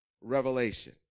revelation